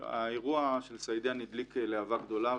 האירוע של סעידיאן הדליק להבה גדולה,